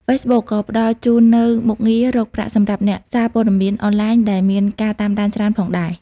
Facebook ក៏ផ្តល់ជូននូវមុខងាររកប្រាក់សម្រាប់អ្នកសារព័ត៌មានអនឡាញដែលមានការតាមដានច្រើនផងដែរ។